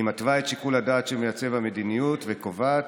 היא מתווה את שיקול הדעת של מעצב המדיניות וקובעת